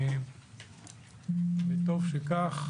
וטוב שכך.